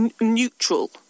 neutral